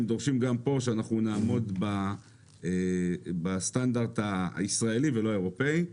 הם דורשים גם פה שאנחנו נעמוד בסטנדרט הישראלי ולא האירופאי.